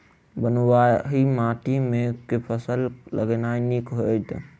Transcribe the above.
बलुआही माटि मे केँ फसल लगेनाइ नीक होइत?